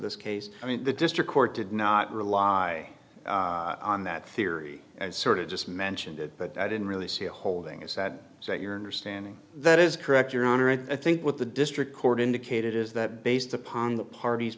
this case i mean the district court did not rely on that theory and sort of just mentioned it but i didn't really see the holding is that so your understanding that is correct your honor and i think what the district court indicated is that based upon the parties